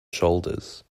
shoulders